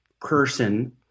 person